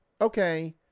okay